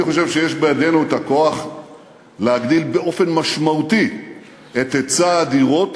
אני חושב שיהיה בידינו הכוח להגדיל באופן משמעותי את היצע הדירות